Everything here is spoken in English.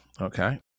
okay